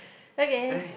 ok